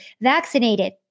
vaccinated